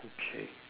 okay